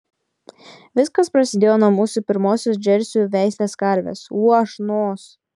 viskas prasidėjo nuo mūsų pirmosios džersių veislės karvės uošnos